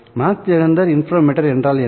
Mach Zehnder interferometer என்றால் என்ன